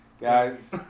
Guys